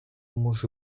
може